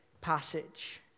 passage